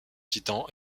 titan